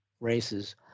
races